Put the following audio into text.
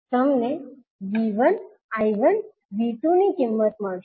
તમને I1V1 V2 ની કિંમત મળશે